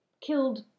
killed